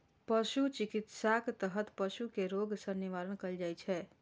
पशु चिकित्साक तहत पशु कें रोग सं निवारण कैल जाइ छै